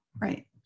Right